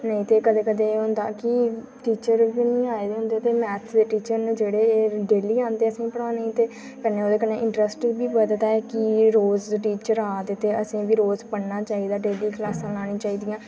नेईं ते कदें कदें एह् होंदा कि टीचर बी निं आए दे होंदे ते मैथ दे टीचर न जेह्ड़े एह् डेह्ली औंदे असें ई पढ़ाने ई ते एह्दे कन्नै इंटरैस्ट बी बधदा ऐ कि एह् रोज टीचर आ दे ते असें गी रोज पढ़ना चाहिदा डेह्ली क्लासां लानी चाहिदियां